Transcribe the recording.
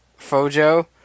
Fojo